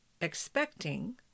expecting